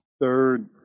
Third